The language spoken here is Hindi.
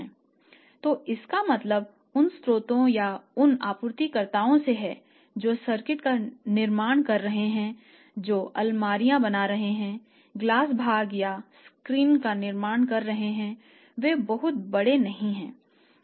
तो इसका मतलब उन स्रोतों या उन आपूर्तिकर्ताओं से है जो सर्किट का निर्माण कर रहे हैं जो अलमारियाँ बना रहे हैं ग्लास भाग या स्क्रीन का निर्माण कर रहे हैं वे बहुत बड़े नहीं हैं